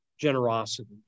generosity